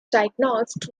diagnosed